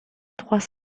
trois